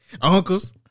Uncles